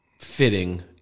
fitting